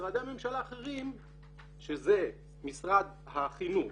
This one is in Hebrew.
משרדי הממשלה האחרים שזה משרד החינוך,